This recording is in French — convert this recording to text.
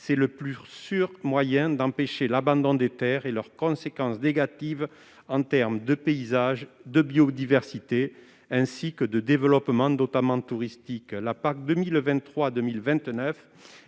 C'est le plus sûr moyen d'empêcher l'abandon des terres et leurs conséquences négatives en termes de paysage, de biodiversité et de développement, notamment touristique. La PAC 2023-2029